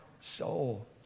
soul